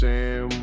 Sam